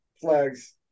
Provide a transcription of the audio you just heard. flags